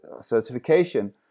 certification